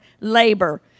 labor